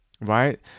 right